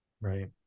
Right